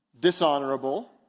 Dishonorable